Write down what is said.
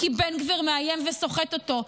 כי בן גביר מאיים וסוחט אותו.